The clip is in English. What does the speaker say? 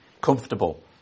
comfortable